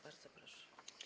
Bardzo proszę.